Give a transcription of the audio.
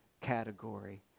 category